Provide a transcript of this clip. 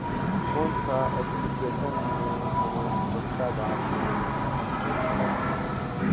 कौन सा एप्लिकेशन मे हमन सस्ता दाम मे मशीन खरीद सकत हन?